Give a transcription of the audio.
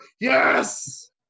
yes